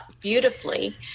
beautifully